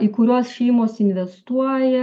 į kuriuos šeimos investuoja